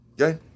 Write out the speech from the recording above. Okay